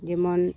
ᱡᱮᱢᱚᱱ